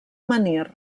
menhir